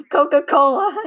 Coca-Cola